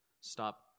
Stop